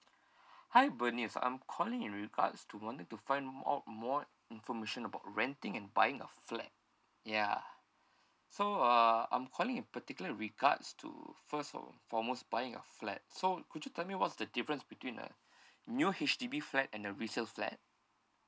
hi bernice I'm calling in regards to wanted to find out more information about renting and buying a flat ya so uh I'm calling in particular regards to first and for most buying a flat so could you tell me what's the difference between uh new H_D_B flat and a resale flat